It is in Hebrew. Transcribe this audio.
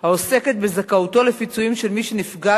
העוסקת בזכאותו לפיצויים של מי שנפגע